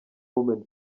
women